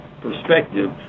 perspective